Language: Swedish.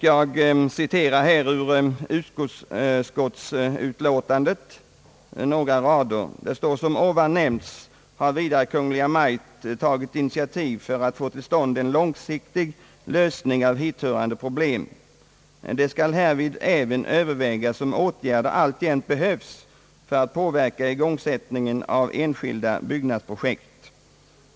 Jag citerar några rader ur - utskottsutlåtandet: »Som ovan nämnts har vidare Kungl. Maj:t tagit initiativ för att få till stånd en långsiktig lösning av hithörande problem. Det skall härvid även övervägas om åtgärder alltjämt behövs för att påverka igångsättningen av enskilda byggnadsprojekt.